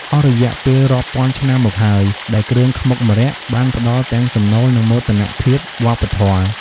អស់រយៈពេលរាប់ពាន់ឆ្នាំមកហើយ ដែលគ្រឿងខ្មុកម្រ័ក្សណ៍បានផ្ដល់ទាំងចំណូល និងមោទនភាពវប្បធម៌។